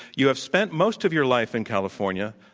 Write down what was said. you have spent most of your life in california.